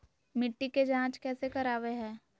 मिट्टी के जांच कैसे करावय है?